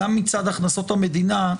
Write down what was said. גם מצד הכנסות המדינה,